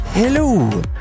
Hello